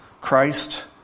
Christ